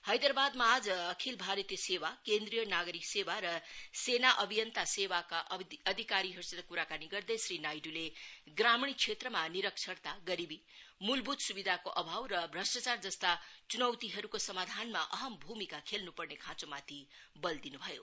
हैदरावादमा आज अखिल भारतीय सेवा केन्द्रीय नागरिक सेवा र सेना अभियन्ता सेवाका अधिकारीहरुसित कुराकानी गर्दै श्री नाइडूले ग्रामीण क्षेत्रमा निरक्षरता गरीवी मूलभूत सुविधाको अभाव र भ्रष्टचार जस्ता चुनौतीहरुको समाधानमा अहम् भूमिका खेल्नुपर्ने खाँचोमाथि बल दिनु भयो